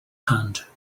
hand